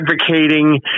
advocating